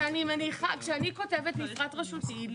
כשאני כותבת מפרט רשותי,